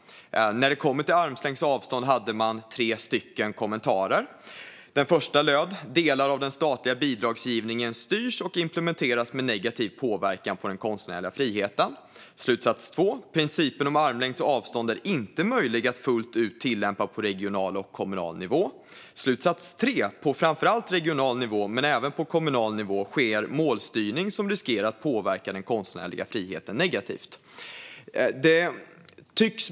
När det kommer till armlängds avstånd hade man tre kommentarer. Den första löd: Delar av den statliga bidragsgivningen styrs och implementeras med negativ påverkan på den konstnärliga friheten. Den andra löd: Principen om armlängds avstånd är inte möjlig att fullt ut tillämpa på regional och kommunal nivå. Den tredje löd: På framför allt regional nivå, men även på kommunal nivå, sker målstyrning som riskerar att påverka den konstnärliga friheten negativt. Fru talman!